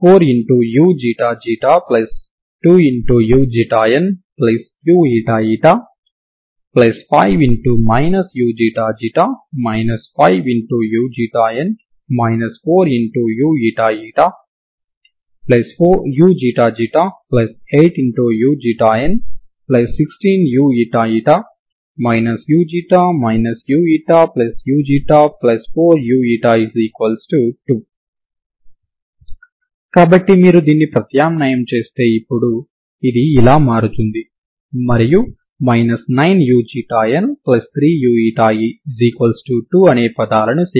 4uξξ2uξηuηη5 uξ ξ 5uξ η 4uηηuξ ξ 8uξ η16uηη uξ uuξ 4u2 కాబట్టి మీరు దీన్ని ప్రత్యామ్నాయం చేస్తే ఇది ఇప్పుడు ఇలా మారుతుంది మరియు 9uξ η3u2 అనే పదాలను సేకరించండి